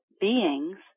beings